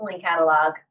catalog